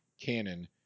Canon